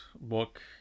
book